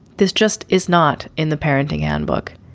this just is not in the parenting handbook.